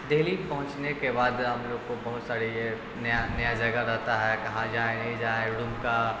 دلی پہنچنے کے بعد ہم لوگ کو بہت سارے یہ نیا نیا جگہ رہتا ہے کہاں جائیں نہیں جائیں روم کا